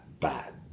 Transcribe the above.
bad